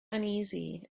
uneasy